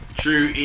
true